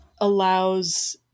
allows